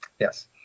Yes